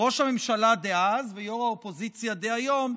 ראש הממשלה דאז וראש האופוזיציה דהיום.